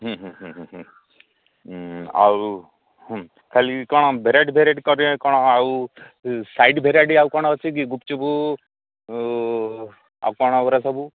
ଆଉ ଖାଲି କ'ଣ ଭେରାଇଟି ଭେରାଇଟି କରିବ କ'ଣ ଆଉ ସାଇଡ଼୍ ଭେରାଇଟି ଆଉ କ'ଣ ଅଛି କି ଗୁପଚୁପ୍ ଆଉ କ'ଣ ପରା ସବୁ